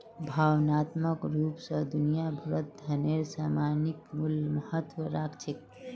भावनात्मक रूप स दुनिया भरत धनेर सामयिक मूल्य महत्व राख छेक